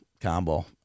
combo